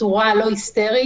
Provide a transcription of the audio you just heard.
בצורה לא היסטרית,